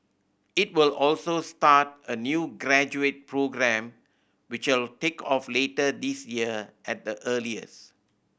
it will also start a new graduate programme which will take off later this year at the earliest